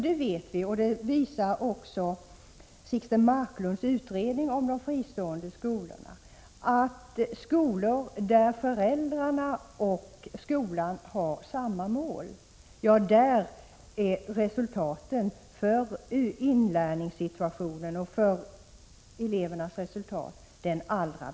Vi vet ju, och det visar också Sixten Marklunds utredning om de fristående skolorna, att det är de skolor som har samma mål som föräldrarna som uppvisar de allra bästa resultaten när det gäller inlärningen och elevernas prestationer.